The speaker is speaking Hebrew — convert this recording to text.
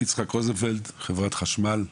יצחק רוזנוולד, בנושא חברת חשמל.